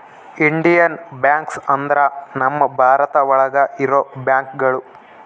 Indian banks ಅಂದ್ರ ನಮ್ ಭಾರತ ಒಳಗ ಇರೋ ಬ್ಯಾಂಕ್ಗಳು